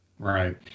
Right